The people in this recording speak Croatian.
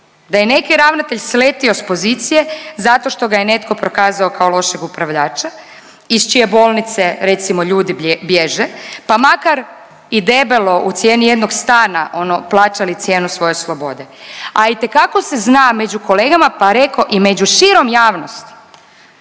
da je neki ravnatelj sletio s pozicije zato što ga je netko prokazao kao lošeg upravljača iz čije bolnice recimo ljudi bježe, pa makar i debelo u cijeni jednog stana ono plaćali cijenu svoje slobode. A itekako se zna među kolegama, pa reko i među širom javnosti